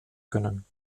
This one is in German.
können